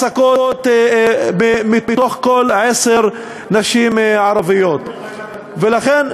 מתוך כל עשר נשים ערביות יהיו מועסקות.